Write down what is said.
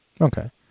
Okay